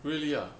really ah